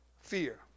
fear